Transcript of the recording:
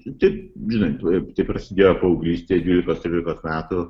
taip žinai tai tai prasidėjo paauglystėj dvylikos trylikos metų